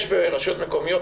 יש ברשויות המקומיות,